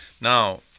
Now